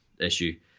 issue